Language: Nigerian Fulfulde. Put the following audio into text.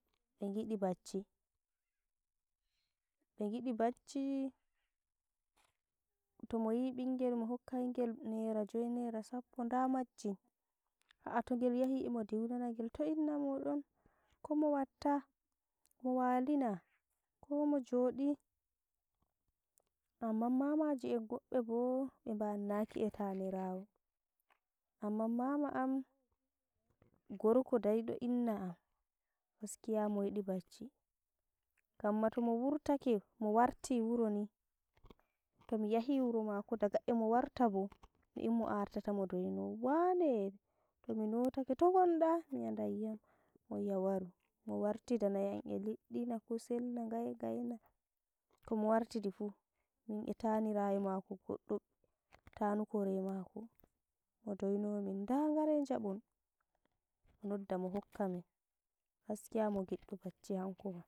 Be ngiɗi bacci, be giɗi bacci to moyi bingel mo hokkai ngel nera joi, nera sappo nda majjin, a'a to gel yahi emo diunanagel, to inna moɗon? ko mo watta? o walina? komo joɗi? Amman mamaji en woɓɓe bo 6e bannaki e tanirawo, amman mama am gorko daiɗo inna am gaskiya mo yiɗi bacci gamma tomo wurtake mo warti wuro ni tomi yahi wuro mako daga e mo warta ɓo, min mo artata mo doino wane! tomi notake, togonda! miwiya daiyam, mowi'a waru, mo wartidanai yam e liɗɗi na, kusel na, ngaye ngaye na, komo wartiɗi fuu min e taniraye mako goɗɗo, tanu kore mako, mo doinomin, nda gare ja6on, onoddam o hokkamin. Gaskiya mo giddo bacci hankoma.